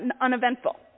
uneventful